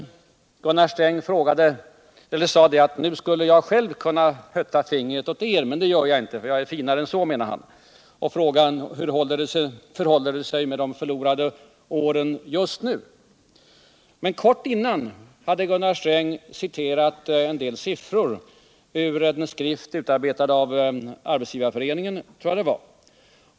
Gunnar Sträng sade att han nu skulle kunna hytta med fingret åt oss, men att han inte gjorde det därför att han var finkänslig. Han sade också att han skulle kunna fråga hur det förhåller sig med de s.k. förlorade åren just nu. Men kort dessförinnan hade Gunnar Sträng läst upp en del siffror ur en skrift, som jag tror var från Arbetsgivareföreningen.